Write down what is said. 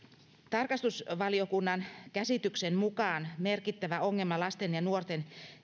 tarkastusvaliokunnan käsityksen mukaan merkittävä ongelma lasten ja nuorten